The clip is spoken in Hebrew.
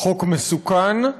חוק מסוכן,